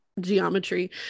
geometry